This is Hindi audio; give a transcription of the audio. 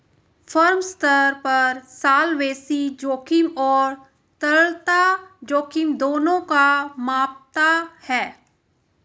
फर्म स्तर पर सॉल्वेंसी जोखिम और तरलता जोखिम दोनों को मापता है